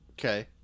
Okay